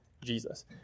Jesus